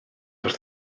wrth